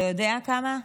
אתה יודע כמה?